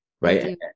right